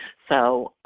so,